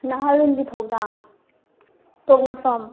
ꯅꯍꯥꯔꯣꯜꯒꯤ ꯊꯧꯗꯥꯡ ꯄꯣꯛꯅꯐꯝ